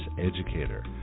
educator